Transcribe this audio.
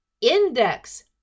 index